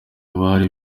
abari